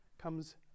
comes